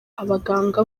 abaganga